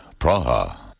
Praha